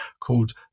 called